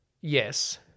Yes